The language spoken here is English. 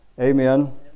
amen